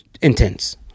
Intense